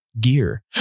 Gear